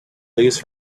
these